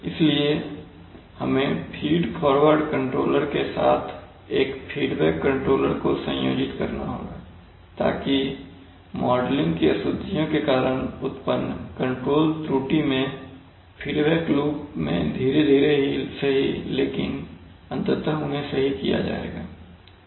इसलिए हमें feedforward controller के साथ एक फीडबैक कंट्रोलर को संयोजित करना होगा ताकि मॉडलिंग की अशुद्धियों के कारण उत्पन्न कंट्रोल त्रुटि मैं फीडबैक लूप में धीरे धीरे ही सही लेकिन अंततः उन्हें सही किया जाएगा